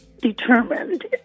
determined